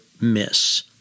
miss